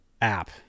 app